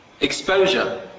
exposure